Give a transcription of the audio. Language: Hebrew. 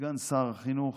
סגן שר החינוך,